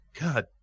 god